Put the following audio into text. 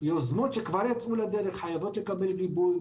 יוזמות שכבר יצאו לדרך חייבות לקבל גיבוי.